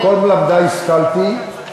מכל מלמדי השכלתי,